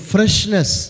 Freshness